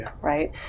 right